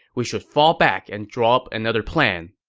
we should fall back and draw up another plan.